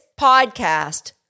podcast